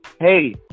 hey